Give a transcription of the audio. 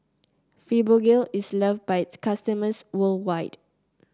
Fibogel is loved by its customers worldwide